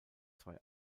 zwei